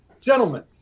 gentlemen